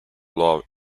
law